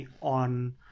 on